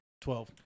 Twelve